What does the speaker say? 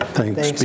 thanks